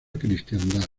cristiandad